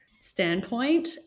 standpoint